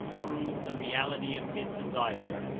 prove the reality of his desire,